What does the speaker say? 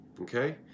okay